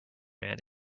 man